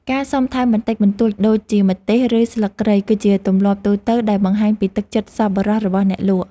ការសុំថែមបន្តិចបន្តួចដូចជាម្ទេសឬស្លឹកគ្រៃគឺជាទម្លាប់ទូទៅដែលបង្ហាញពីទឹកចិត្តសប្បុរសរបស់អ្នកលក់។